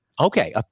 Okay